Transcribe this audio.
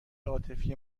عاطفی